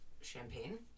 champagne